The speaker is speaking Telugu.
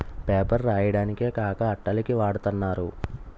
పేపర్ రాయడానికే కాక అట్టల కి వాడతన్నారు